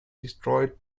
destroyed